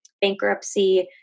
bankruptcy